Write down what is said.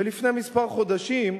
ולפני כמה חודשים,